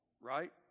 right